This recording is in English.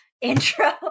intro